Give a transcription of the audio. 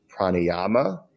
pranayama